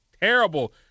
Terrible